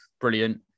Brilliant